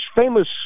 famous